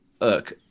Look